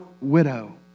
widow